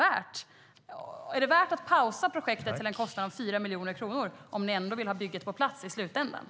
Är det värt att pausa projektet till en kostnad av 4 miljoner kronor om ni ändå vill ha bygget på plats i slutändan?